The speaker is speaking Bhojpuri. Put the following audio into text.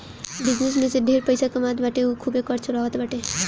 बिजनेस में जे ढेर पइसा कमात बाटे उ खूबे कर चोरावत बाटे